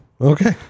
Okay